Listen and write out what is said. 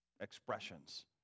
expressions